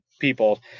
people